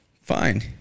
Fine